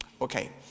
Okay